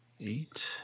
eight